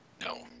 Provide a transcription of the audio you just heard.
No